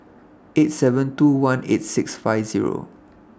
eight seven two one eight six five Zero